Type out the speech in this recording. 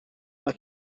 mae